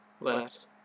left